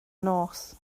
nos